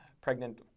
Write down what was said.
pregnant